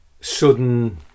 sudden